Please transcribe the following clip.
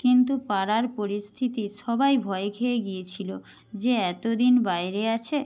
কিন্তু পাড়ার পরিস্থিতি সবাই ভয় খেয়ে গিয়েছিল যে এত দিন বাইরে আছে